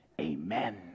amen